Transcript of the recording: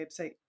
website